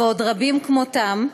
ועוד רבים כמותם,